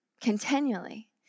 continually